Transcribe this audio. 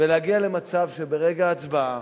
ולהגיע למצב שברגע הצבעה